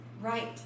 right